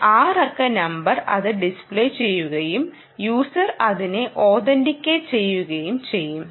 ഒരു 6 അക്ക നമ്പർ അത് ടിസ്പ്ലെ ചെയ്യുകയും യൂസർ അതിനെ ഓതെൻ്റികേറ്റ് ചെയ്യുകയും ചെയ്യും